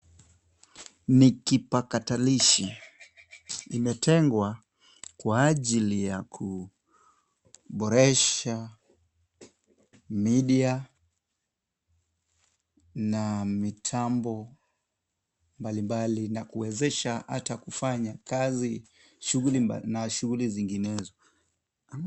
Ni kipakatalishi kimetengwa kwa ajili ya kuboresha media na mitambo mbalimbali, na kuwezesha hata kufanya kazi na shughuli zinginezo.